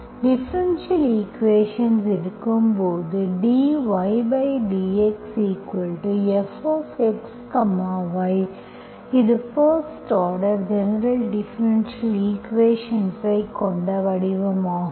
differential equations இருக்கும்போது dydxfxy இது first order general differential equations ஐக் கொண்ட வடிவமாகும்